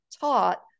taught